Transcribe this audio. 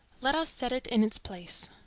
let us set it in its place.